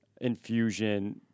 infusion